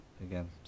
again